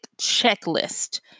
checklist